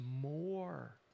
more